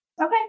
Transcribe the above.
Okay